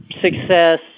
success